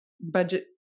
budget